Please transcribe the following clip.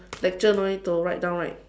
lecture no need to write down right